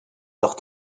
doch